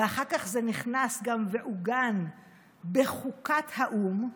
ואחר כך זה גם נכנס ועוגן בחוקת האו"ם,